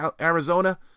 Arizona